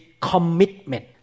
commitment